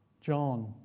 John